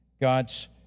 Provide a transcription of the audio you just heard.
God's